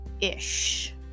ish